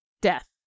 death